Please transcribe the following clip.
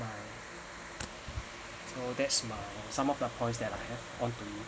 my so that's my some of the points that I have onto you